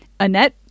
Annette